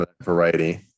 variety